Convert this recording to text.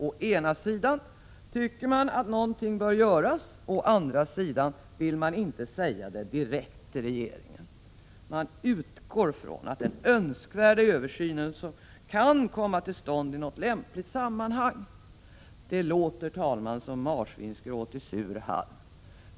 Å ena sidan tycker man att någonting bör göras, men å andra sidan vill man inte säga det direkt till regeringen. Man utgår från att den önskvärda översynen kan komma till stånd i något lämpligt sammanhang. Det låter, herr talman, som marsvinsgråt i sur halm.